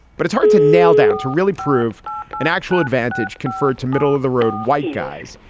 but it's hard to nail down to really prove an actual advantage conferred to middle of the road white guys.